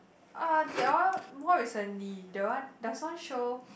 uh that one more recently that one there's one show